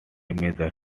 major